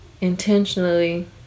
intentionally